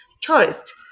tourist